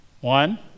one